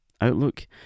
outlook